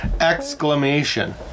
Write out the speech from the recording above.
Exclamation